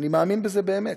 אני מאמין בזה באמת.